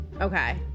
Okay